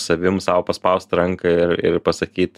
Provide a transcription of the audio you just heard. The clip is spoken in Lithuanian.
savim sau paspaust ranką ir ir pasakyt